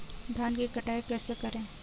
धान की कटाई कैसे करें?